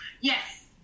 Yes